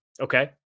okay